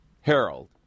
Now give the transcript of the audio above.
Harold